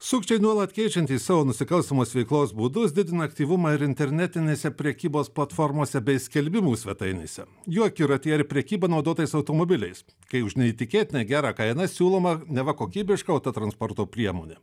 sukčiai nuolat keičiantys savo nusikalstamos veiklos būdus didina aktyvumą ir internetinėse prekybos platformose bei skelbimų svetainėse jų akiratyje ir prekyba naudotais automobiliais kai už neįtikėtinai gerą kainą siūloma neva kokybiška autotransporto priemonė